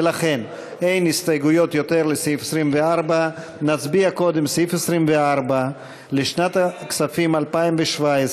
ולכן אין הסתייגויות יותר לסעיף 24. נצביע קודם על סעיף 24 לשנת הכספים 2017,